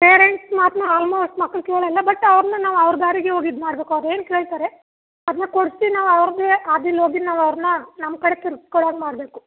parents ಮಾತನ್ನ almost ಮಕ್ಳು ಕೇಳೋಲ್ಲ ಬಟ್ ಅವ್ರನ್ನ ನಾವು ಅವ್ರ ದಾರಿಗೇ ಹೋಗ್ ಇದು ಮಾಡಬೇಕು ಅವ್ರು ಏನು ಕೇಳ್ತಾರೆ ಅದನ್ನ ಕೊಡಿಸಿ ನಾವು ಅವ್ರದ್ದೇ ಹಾದಿಲ್ ಹೋಗಿ ನಾವು ಅವ್ರನ್ನ ನಮ್ಮ ಕಡೆ ತಿರ್ಗ್ಸ್ಕೊಳ್ಳೋ ಹಾಗ್ ಮಾಡಬೇಕು